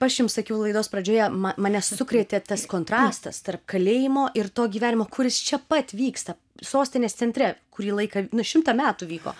aš jum sakiau laidos pradžioje mane sukrėtė tas kontrastas tarp kalėjimo ir to gyvenimo kuris čia pat vyksta sostinės centre kurį laiką šimtą metų vyko